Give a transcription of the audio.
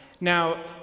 Now